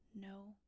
no